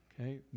Okay